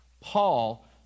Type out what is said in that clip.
Paul